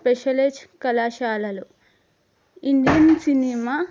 specialise కళాశాలలు Indian cinema